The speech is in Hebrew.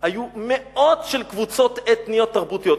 היו מאות של קבוצות אתניות תרבותיות.